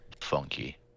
funky